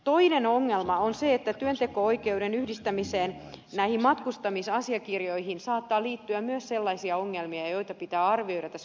toinen ongelma on se että työnteko oikeuden yhdistämiseen näihin matkustamisasiakirjoihin saattaa liittyä myös sellaisia ongelmia joita pitää arvioida tässä valiokuntakäsittelyssä